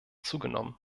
zugenommen